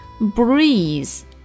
Breeze